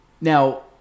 now